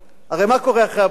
הרי מה קורה אחרי הבחירות?